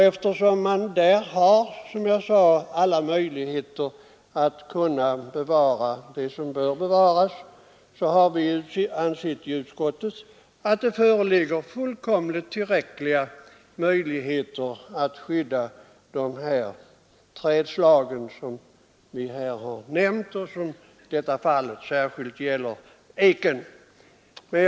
Eftersom de har, som jag sade, alla möjligheter att bevara vad som bör bevaras — i detta fall gäller det alltså eken — har vi i utskottet ansett att det skyddet är fullt tillräckligt.